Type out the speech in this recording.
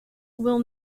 will